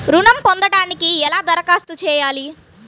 ఋణం పొందటానికి ఎలా దరఖాస్తు చేయాలి?